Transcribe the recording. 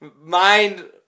mind